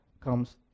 comes